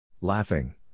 Laughing